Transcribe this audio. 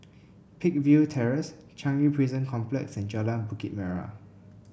Peakville Terrace Changi Prison Complex and Jalan Bukit Merah